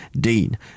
Dean